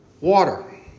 water